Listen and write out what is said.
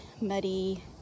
muddy